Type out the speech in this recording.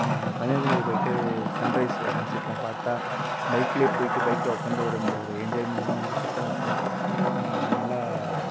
ம கன்னியாகுமரி போயிட்டு சன்ரைஸு சன்செட்லாம் பார்த்தா பைக்ல போயிவிட்டு பைக்ல ஒக்காந்து ஒரு இந்த ஒரு என்ஜாய்மென்ட்லாம் வந்து சூப்பராக இருக்கும் நல்லா